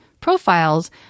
profiles